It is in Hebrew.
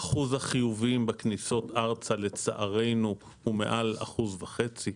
אחוז החיוביים בכניסות ארצה לצערנו הוא מעל אחוז וחצי,